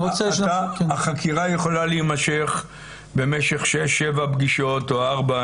החקירה יכולה להימשך במשך שש-שבע פגישות או ארבע.